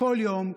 כל יום,